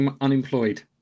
unemployed